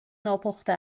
ناپخته